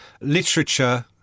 literature